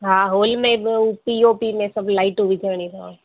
हा हॉल में बि हू पी ओ पी में सभ लाइटूं विझंणियूं अथव